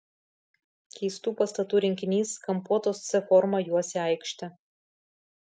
keistų pastatų rinkinys kampuotos c forma juosė aikštę